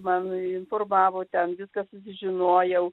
man informavo ten viską susižinojau